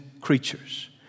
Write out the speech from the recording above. creatures